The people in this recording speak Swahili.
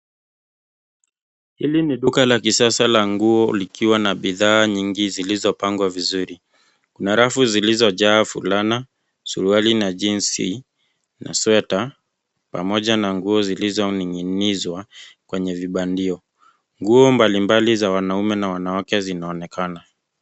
Hili ni duka la kisasa la nguo lililo na bidhaa nyingi zilizopangwa vizuri na rafu zilizo jaa fulana, suruali na jinsi na sweta pamoja na nguo zilizo ning'inizwa kwenye vibandio. Nguo mbali mbali na wanaume na wanawake zinaonekana.